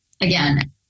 again